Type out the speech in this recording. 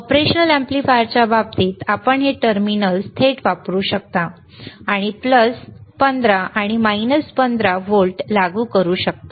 operational अॅम्प्लिफायर्सच्या बाबतीत आपण हे टर्मिनल्स थेट वापरू शकता आणि प्लस 15 वजा 15 व्होल्ट लागू करू शकता